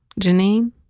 Janine